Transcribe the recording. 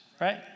right